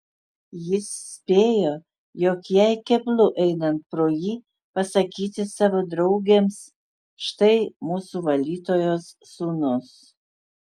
jis spėjo jog jai keblu einant pro jį pasakyti savo draugėms štai mūsų valytojos sūnus